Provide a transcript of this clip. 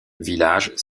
village